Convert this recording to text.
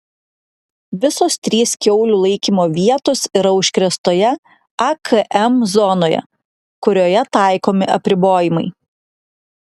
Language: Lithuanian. visos trys kiaulių laikymo vietos yra užkrėstoje akm zonoje kurioje taikomi apribojimai